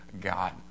God